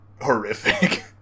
horrific